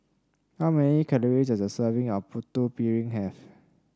how many calories does a serving of Putu Piring have